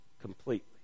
completely